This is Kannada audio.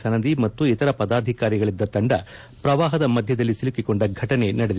ಸನದಿ ಮತ್ತು ಇತರ ಪದಾಧಿಕಾರಿಗಳಿದ್ದ ತಂಡ ಪ್ರವಾಪದ ಮಧ್ಯದಲ್ಲಿ ಸಿಲುಕಿ ಕೊಂಡ ಫಟನೆ ನಡೆದಿದೆ